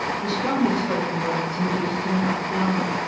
the strongly spoken words induced an abrupt lull.